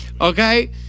okay